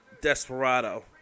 Desperado